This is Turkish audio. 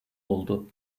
oldu